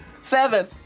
Seven